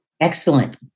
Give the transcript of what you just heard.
Excellent